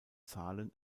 zahlen